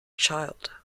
child